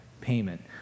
payment